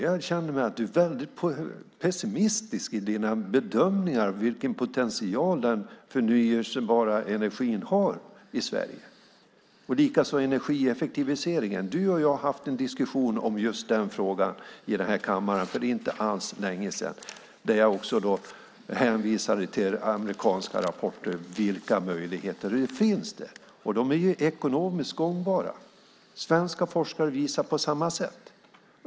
Jag känner att du är väldigt pessimistisk i dina bedömningar av vilken potential den förnybara energin har i Sverige. Det gäller likaså energieffektiviseringen. Du och jag har haft en diskussion om just den frågan i den här kammaren för inte alls länge sedan. Jag hänvisade då också till amerikanska rapporter i fråga om vilka möjligheter det finns. De är ekonomiskt gångbara. Svenska forskare visar på samma sak.